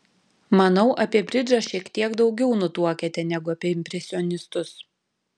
manau apie bridžą šiek tiek daugiau nutuokiate negu apie impresionistus